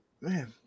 man